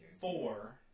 four